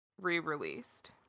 re-released